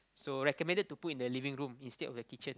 so recommended to put in the living room instead of the kitchen